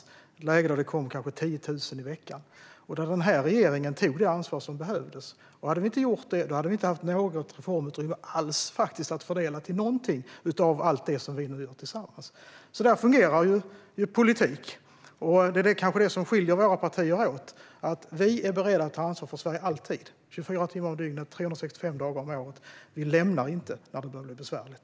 Det var ett läge då det kom kanske 10 000 personer i veckan. Den här regeringen tog det ansvar som behövdes. Hade vi inte gjort detta hade vi inte haft något reformutrymme alls att fördela till något av det som vi nu gör tillsammans. Så fungerar politiken. Det är kanske detta som skiljer våra partier åt: Vi är alltid beredda att ta ansvar för Sverige, 24 timmar om dygnet, 365 dagar om året. Vi lämnar inte ansvaret när det börjar bli besvärligt.